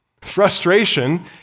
Frustration